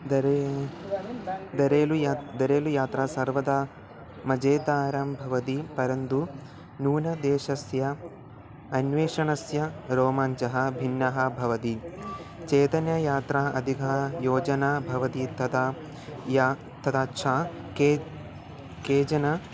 दरे दरेलु या दरेलु यात्रा सर्वदा मजेतारं भवति परन्तु नूतनदेशस्य अन्वेषणस्य रोमाञ्चः भिन्नः भवति चेतनयात्रा अधिकः योजना भवति तदा या तथा च के केचन